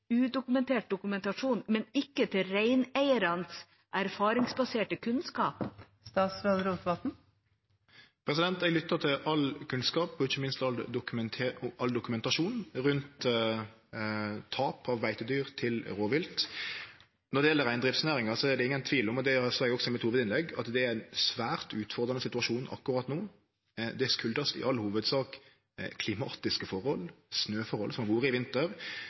all kunnskap, ikkje minst all dokumentasjon rundt tap av beitedyr til rovvilt. Når det gjeld reindriftsnæringa, er det ingen tvil om, og det sa eg også i hovudinnlegget mitt, at det er ein svært utfordrande situasjon akkurat no. Det kjem i all hovudsak av klimatiske forhold – m.a. snøforholda som har vore i vinter.